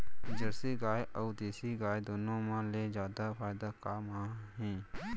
Jersey गाय अऊ देसी गाय दूनो मा ले जादा फायदा का मा हे?